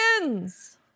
begins